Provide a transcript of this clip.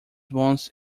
once